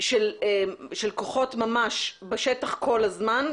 של כוחות ממש בשטח כל הזמן,